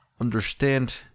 understand